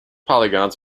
polygons